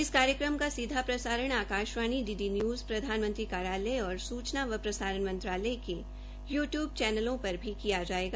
हस कार्यक्रम का सीधा प्रसारण आकाश्वाणी डी डी न्यूज़ प्रधानमंत्री कार्यालय और सचूना व प्रसारण मंत्रालय के यू टयूब् चैनलो पर किया जायेगा